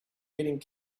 getting